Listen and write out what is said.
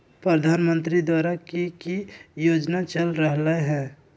प्रधानमंत्री द्वारा की की योजना चल रहलई ह?